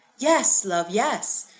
yes, love yes.